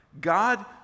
God